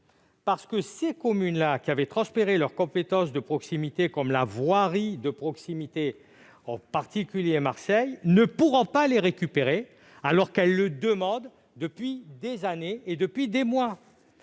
1 (CT1). Ces communes-là qui avaient transféré leurs compétences de proximité, comme la voirie de proximité, en particulier à Marseille, ne pourront pas les récupérer alors qu'elles le demandent depuis des mois et des années.